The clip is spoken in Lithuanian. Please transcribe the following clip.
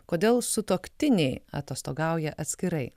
kodėl sutuoktiniai atostogauja atskirai